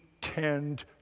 tend